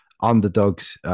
Underdogs